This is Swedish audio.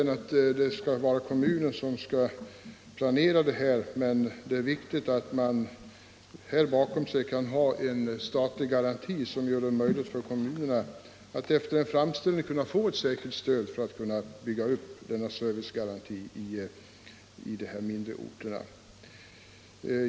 Det är meningen att kommunerna själva skall planera åtgärderna, men det är viktigt att man bakom sig har en statlig garanti som gör det möjligt för kommunerna att få ett säkert stöd när det gäller att bygga upp en servicegaranti i de mindre orterna.